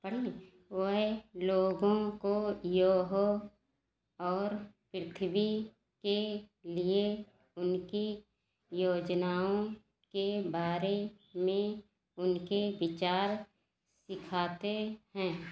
वह लोगों को योहो और पृथ्वी के लिए उनकी योजनाओं के बारे में उनके विचार सिखाते हैं